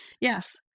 Yes